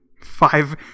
five